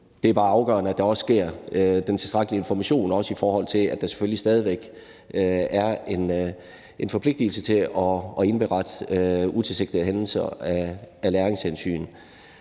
Det er bare afgørende, at der også kommer den tilstrækkelige information, også i forhold til at der er selvfølgelig stadig væk er en forpligtelse til at indberette utilsigtede hændelser af læringshensyn.